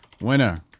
winner